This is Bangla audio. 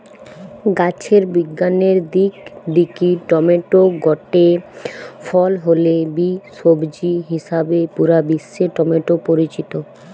গাছের বিজ্ঞানের দিক দিকি টমেটো গটে ফল হলে বি, সবজি হিসাবেই পুরা বিশ্বে টমেটো পরিচিত